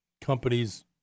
companies